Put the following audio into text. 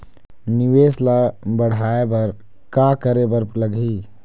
निवेश ला बड़हाए बर का करे बर लगही?